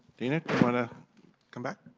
dina, want to come back?